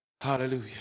Hallelujah